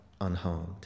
unharmed